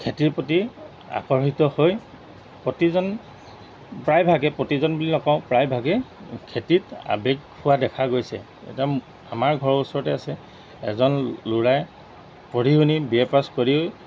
খেতিৰ প্ৰতি আকৰ্ষিত হৈ প্ৰতিজন প্ৰায়ভাগে প্ৰতিজন বুলি নকওঁ প্ৰায়ভাগে খেতিত আৱেগ হোৱা দেখা গৈছে এটা আমাৰ ঘৰৰ ওচৰতে আছে এজন ল'ৰাই পঢ়ি শুনি বি এ পাছ কৰি